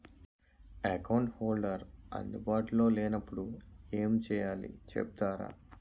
Account holder అందు బాటులో లే నప్పుడు ఎం చేయాలి చెప్తారా?